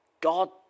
God